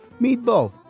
meatball